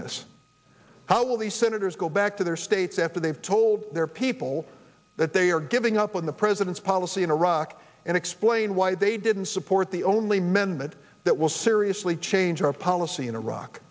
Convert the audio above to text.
this how will these senators go back to their states after they've told their people that they are giving up on the president's policy in iraq and explain why they didn't support the only men that that will seriously change our policy in iraq